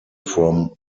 from